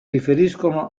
riferiscono